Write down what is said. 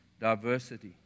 diversity